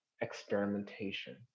experimentation